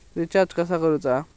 Recharge कसा करूचा?